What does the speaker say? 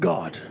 God